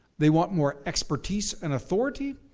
they want more expertise and authority,